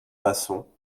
masson